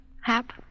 Hap